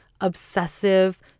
obsessive